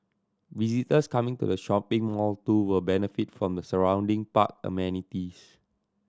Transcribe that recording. visitors coming to the shopping mall too will benefit from the surrounding park amenities